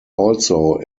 also